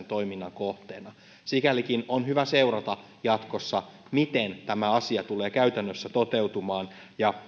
toiminnan kohteena sikälikin on hyvä seurata jatkossa miten tämä asia tulee käytännössä toteutumaan ja